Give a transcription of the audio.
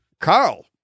Carl